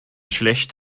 schlecht